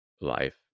life